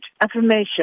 affirmation